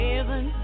Heaven